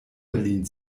berlin